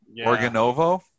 Organovo